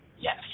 Yes